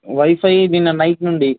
wifi నిన్న night నుండి